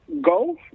go